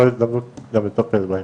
זאת ההזדמנות גם לטפל בהם.